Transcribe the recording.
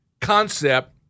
concept